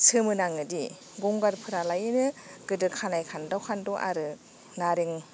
सोमो नाङोदि गंगारफ्रालायनो गोदो खानाय खान्द' खान्द' आरो नारें